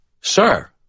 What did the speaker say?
Sir